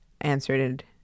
answered